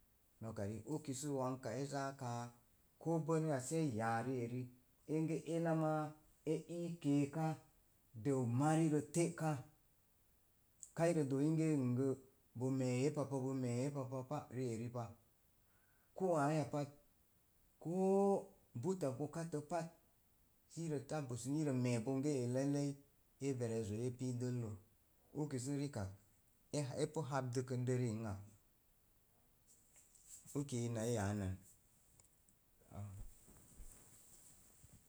Noka piik uki sə wonka e zāā kāā koo bənaya sə e e yaa rieri enge ena ma e ii keeka dəu marirə te'ka. Kairə doo inge nn gə bo me̱e̱ papagə me̱e̱ papa koo āāya pat, koo butta gokattə pat sərə tabbəsən rə bo me̱e̱ bonge ee lailai e verezoi epu dəllə, ukisə rikak epu hapdukəndə ri ang ak aki ina e yaranan